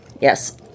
Yes